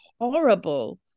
horrible